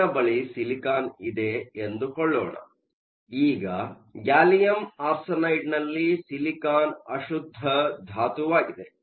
ನನ್ನ ಬಳಿ ಸಿಲಿಕಾನ್ ಇದೆ ಎಂದುಕೊಳ್ಳೊಣ ಈಗ ಗ್ಯಾಲಿಯಂ ಆರ್ಸೆನೈಡ್ನಲ್ಲಿ ಸಿಲಿಕಾನ್ ಅಶುದ್ಧ ಧಾತುವಾಗಿದೆ